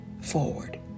forward